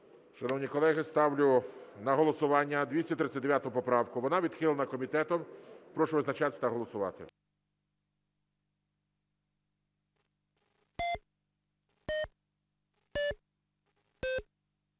Шановні колеги, ставлю на голосування 239 поправку. Вона відхилена комітетом. Прошу визначатися та голосувати.